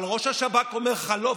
אבל ראש השב"כ אומר לך לא,